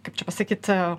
kaip čia pasakyt